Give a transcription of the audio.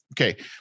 okay